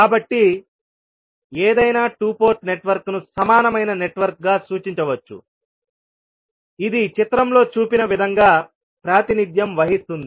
కాబట్టి ఏదైనా 2 పోర్ట్ నెట్వర్క్ను సమానమైన నెట్వర్క్గా సూచించవచ్చు ఇది చిత్రంలో చూపిన విధంగా ప్రాతినిధ్యం వహిస్తుంది